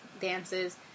dances